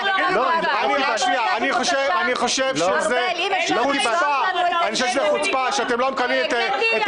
אני חושב שזו חוצפה שאתם לא מקבלים את